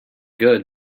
good